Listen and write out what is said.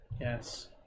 Yes